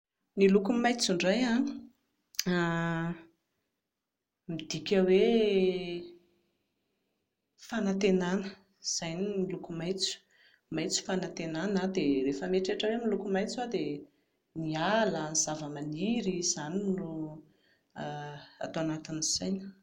Ny loko maitso indray a, midika hoe fanantenana, izay ny loko maitso, maitso fanantenana dia rehefa mieritreritra hoe loko maitso aho dia ny ala ny zava-maniry, izany no ato anatin'ny saina